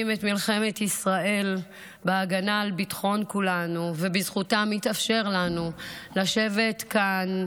את מלחמת ישראל בהגנה על ביטחון כולנו ובזכותם התאפשר לנו לשבת כאן,